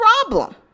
problem